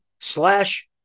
slash